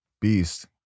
beast